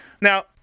now